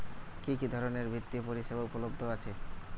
কি কি ধরনের বৃত্তিয় পরিসেবা উপলব্ধ আছে?